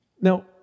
Now